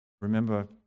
remember